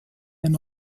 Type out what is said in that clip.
ein